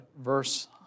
verse